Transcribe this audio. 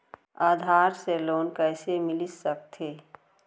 आधार से लोन कइसे मिलिस सकथे?